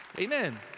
Amen